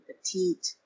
petite